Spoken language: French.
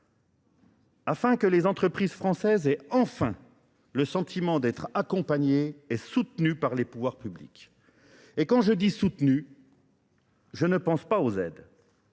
Afin que les entreprises françaises aient enfin le sentiment d'être accompagnées et soutenues par les pouvoirs publics. Et quand je dis soutenues, je ne pense pas aux aides.